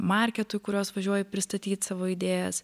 marketų į kuriuos važiuoju pristatyt savo idėjas